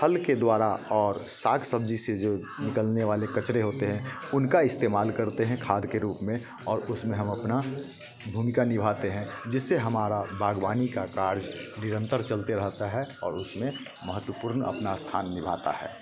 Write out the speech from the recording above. फल के द्वारा और साग सब्जी से जो निकलने वाले कचरे होते हैं उनका इस्तेमाल करते हैं खाद के रूप में और उसमें हम अपना भूमिका निभाते हैं जिससे हमारा बागवानी का कार्य निरंतर चलते रहता है और उसमें महत्वपूर्ण अपना स्थान मिलाता है